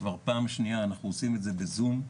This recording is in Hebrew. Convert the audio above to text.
כבר פעם שניה אנחנו עושים את זה בזום.